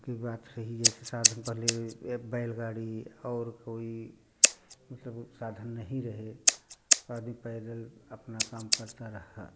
की बात रही जैसे साधन पहले एक बैलगाड़ी और कोई मतलब साधन नहीं रहे तो आदमी पैदल अपना काम करता रहा